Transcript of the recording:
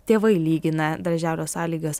tėvai lygina darželio sąlygas